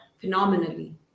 phenomenally